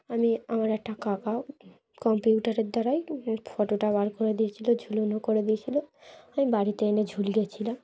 আমি আমার একটা কাকা কম্পিউটারের দ্বারাই ফটোটা বার করে দিয়েছিলো ঝোলানো করে দিয়েছিলো আমি বাড়িতে এনে ঝুলিয়ে গিয়েছিলাম